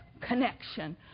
connection